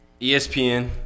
ESPN